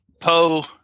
Poe